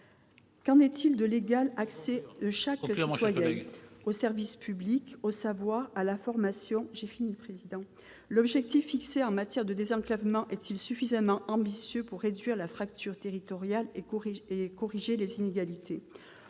Qu'en est-il de l'égal accès de chaque citoyen aux services publics, au savoir ou à la formation ? L'objectif fixé en matière de désenclavement est-il suffisamment ambitieux pour réduire la fracture territoriale et corriger les inégalités ?